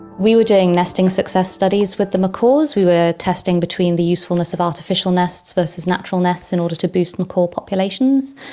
we were doing nesting success studies with the macaws, we were testing between the usefulness of artificial nests versus natural nests in order to boost the and core populations,